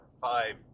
five